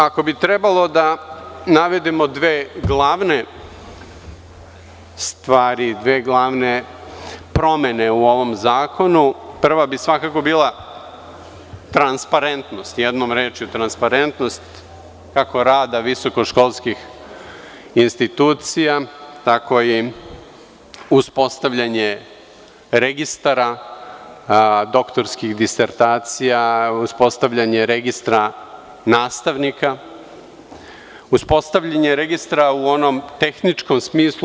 Ako bi trebalo da navedemo dve glavne stvari, dve glavne promene u ovom zakonu, prva bi svakako bila transparentnost, jednom rečju transparentnost kako rada visokoškolskih institucija, tako i uspostavljanje registra doktorskih disertacija, uspostavljanje registra nastavnika, uspostavljanje registra u onom tehničkom smislu.